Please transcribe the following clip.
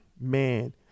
man